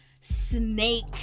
snake